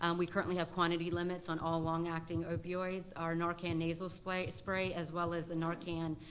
um we currently have quantity limits on all long-acting opioids. our narcan nasal spray spray as well as the narcan,